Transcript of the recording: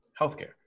Healthcare